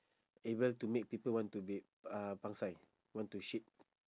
able to make people want to be uh pang sai want to shit